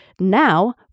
Now